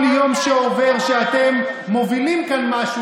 כל יום שעובר שבו אתם מובילים כאן משהו